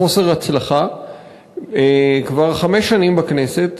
בחוסר הצלחה כבר חמש שנים בכנסת.